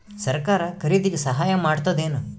ಸರಕಾರ ಖರೀದಿಗೆ ಸಹಾಯ ಮಾಡ್ತದೇನು?